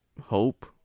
hope